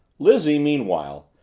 lizzie, meanwhile,